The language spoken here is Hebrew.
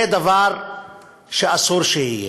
זה דבר שאסור שיהיה.